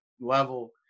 level